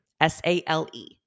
S-A-L-E